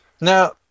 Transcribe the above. Now